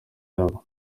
yabo